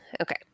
okay